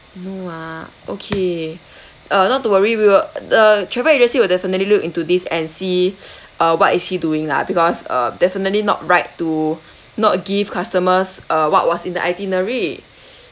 no ah okay uh not to worry we'll the travel agency will definitely look into this and see uh what is he doing lah because uh definitely not right to not give customers uh what was in the itinerary